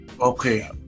Okay